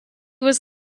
was